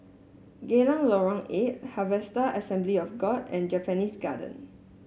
Geylang Lorong Eight Harvester Assembly of God and Japanese Garden